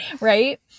right